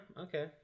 okay